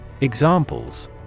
Examples